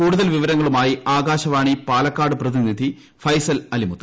കൂടുതൽ വിവരങ്ങളുമായി ആകാശവാണി പാലക്കാട് പ്രതിനിധി ഫൈസൽ അലിമുത്ത്